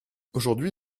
aujourd’hui